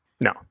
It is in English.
No